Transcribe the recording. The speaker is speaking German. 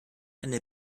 eine